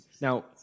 Now